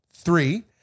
Three